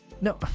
No